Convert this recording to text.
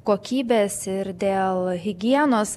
kokybės ir dėl higienos